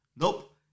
nope